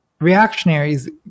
reactionaries